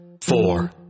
four